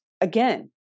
again